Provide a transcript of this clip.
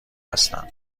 هستن